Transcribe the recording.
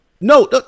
No